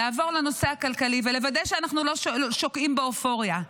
עבור לנושא הכלכלי ולוודא שאנחנו לא שוקעים באופוריה.